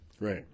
Right